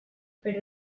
però